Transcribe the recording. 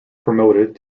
promoted